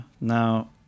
Now